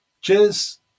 Cheers